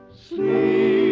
sleep